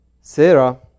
Sarah